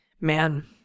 Man